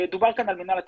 דובר כאן על מינהל התכנון.